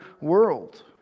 world